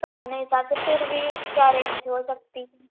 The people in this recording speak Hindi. तो अपने हिसाब से फिर वी क्या रेंज हो सकती हैं